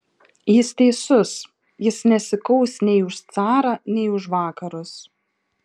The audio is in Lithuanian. jis teisus jis nesikaus nei už carą nei už vakarus